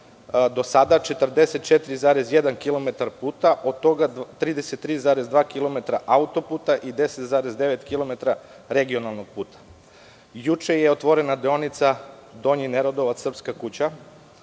do sada 44,1 kilometar puta, od toga 33,2 kilometra autoputa i 10,9 kilometra regionalnog puta. Juče je otvorena deonica Donji Neradovac–Srpska kuća